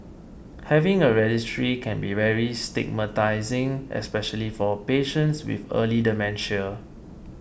having a registry can be very stigmatising especially for patients with early dementia